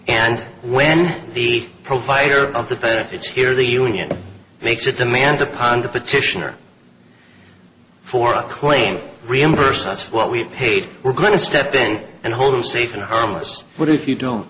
and when the provider of the benefits here the union makes a demand upon the petitioner for a claim reimburse that's what we've paid we're going to step in and hold them safe and harmless but if you don't